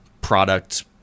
product